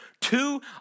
Two